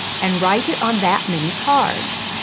and write it on that many cards.